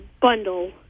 bundle